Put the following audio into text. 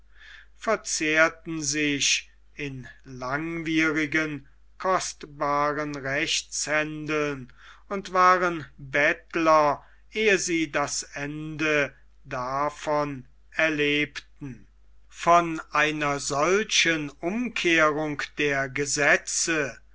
verzehrten sich in langwierigen kostbaren rechtshändeln und waren bettler ehe sie das ende davon erlebten von einer solchen umkehrung der gesetze